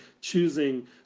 choosing